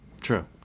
true